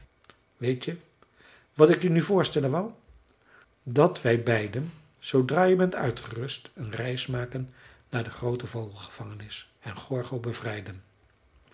weet je wat ik je nu voorstellen wou dat wij beiden zoodra je bent uitgerust een reis maken naar de groote vogelgevangenis en gorgo bevrijden